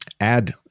add